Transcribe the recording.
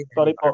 Sorry